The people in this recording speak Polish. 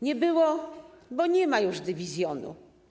Nie było, bo nie ma już dywizjonu.